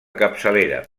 capçalera